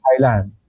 Thailand